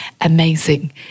amazing